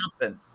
happen